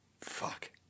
Fuck